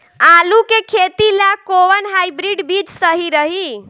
आलू के खेती ला कोवन हाइब्रिड बीज सही रही?